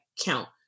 count